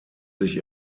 sich